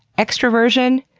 extroversion,